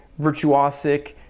virtuosic